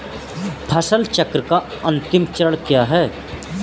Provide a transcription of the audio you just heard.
फसल चक्र का अंतिम चरण क्या है?